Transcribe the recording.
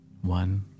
one